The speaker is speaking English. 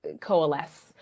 coalesce